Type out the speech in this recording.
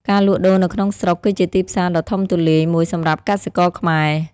ការលក់ដូរនៅក្នុងស្រុក គឺជាទីផ្សារដ៏ធំទូលាយមួយសម្រាប់កសិករខ្មែរ។